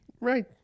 right